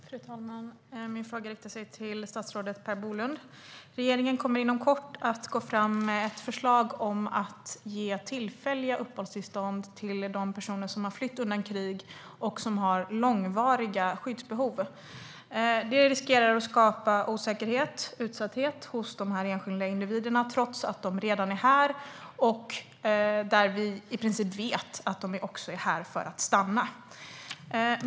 Fru talman! Min fråga riktar sig till statsrådet Per Bolund. Regeringen kommer inom kort att gå fram med ett förslag om att ge tillfälliga uppehållstillstånd till de personer som har flytt undan krig och som har långvariga skyddsbehov. Det riskerar att skapa osäkerhet och utsatthet hos de enskilda individerna trots att de redan är här och vi i princip vet att de är här för att stanna.